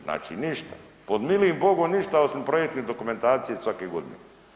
Znači ništa, pod milim Bogom ništa osim projektne dokumentacije svake godine.